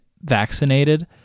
vaccinated